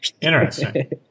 Interesting